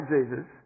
Jesus